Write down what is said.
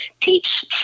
teach